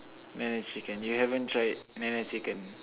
NeNe-chicken you haven't try it NeNe-chicken